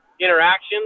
interactions